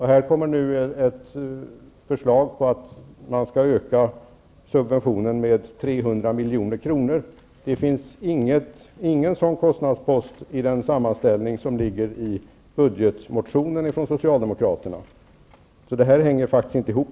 Här kommer nu ett förslag om att man skall öka subventionen med 300 milj.kr. Det finns ingen sådan kostnadspost i sammanställningen i Socialdemokraternas budgetmotion. Det här hänger faktiskt inte ihop,